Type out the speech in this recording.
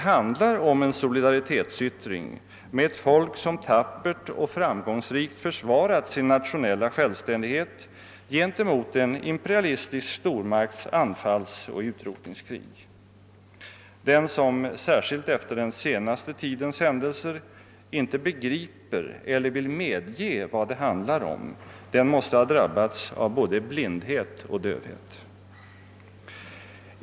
Det handlar om en solidaritetsyttring med ett folk som tappert och framgångsrikt försvarat sin nationella självständighet gentemot en imperialistisk stormakts anfallsoch utrotningskrig. Den som efter den senaste tidens händelser inte begriper eller vill medge vad det handlar om måste ha drabbats av både blindhet och dövhet.